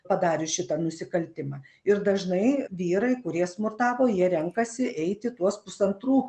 padarius šitą nusikaltimą ir dažnai vyrai kurie smurtavo jie renkasi eiti tuos pusantrų